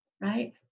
Right